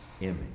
image